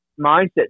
mindset